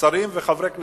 שרים וחברי כנסת,